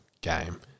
game